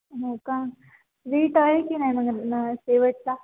हो का वीट आहे की नाही मग न शेवटचा